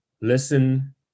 listen